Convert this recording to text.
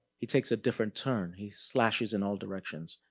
he takes a different turn, he slashes in all directions.